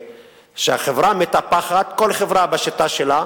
שהחברה מטפחת, כל חברה בשיטה שלה.